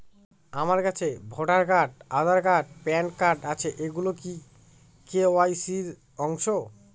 আমার কাছে voter card Aadhaar card PAN card আছে এগুলো কি কে.ওয়াই.সি র অংশ?